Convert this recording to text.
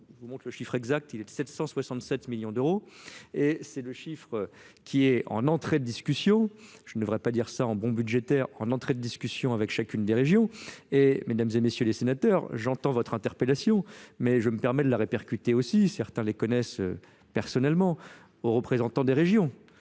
vous montre le chiffre exact il est de sept cent soixante sept millions d'euros et c'est le chiffre qui est en entrée de discussion je ne devrais pas dire ça en bon budgétaire en entrée de discussions avec chacune des régions et mesdames et messieurs les sénateurs j'entends votre interpellation mais je me permets de la répercuter aussi certains la connaissent personnellement aux représentants des régions